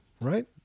Right